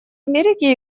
америки